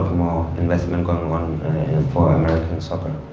ah more investment going on for american soccer.